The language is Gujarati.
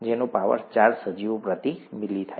જેનો પાવર ચાર સજીવો પ્રતિ મિલી થાય